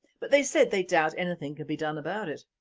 but they said they doubt anything can be done about it.